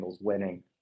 winning